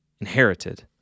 inherited